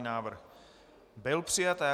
Návrh byl přijat.